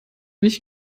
nicht